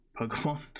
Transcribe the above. Pokemon